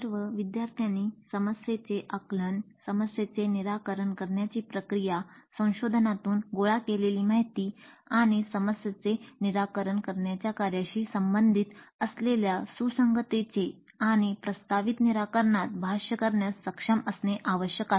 सर्व विद्यर्थ्यानी समस्येचे आकलन समस्येचे निराकरण करण्याची प्रक्रिया संशोधनातून गोळा केलेली माहिती आणि समस्येचे निराकरण करण्याच्या कार्याशी संबंधित असलेल्या सुसंगततेचे आणि प्रस्तावित निराकरणात भाष्य करण्यास सक्षम असणे आवश्यक आहे